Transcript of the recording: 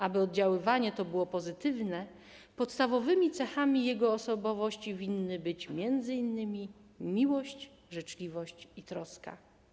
Aby oddziaływanie to było pozytywne, podstawowymi cechami jego osobowości winny był m.in. miłość, życzliwość i troska.